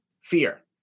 fear